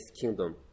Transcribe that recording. Kingdom